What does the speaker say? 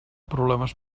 problemes